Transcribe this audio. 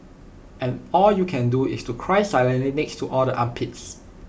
and all you can do is to cry silently next to all the armpits